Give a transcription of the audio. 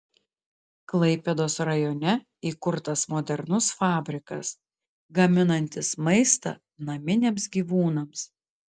klaipėdos rajone įkurtas modernus fabrikas gaminantis maistą naminiams gyvūnams